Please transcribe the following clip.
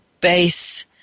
base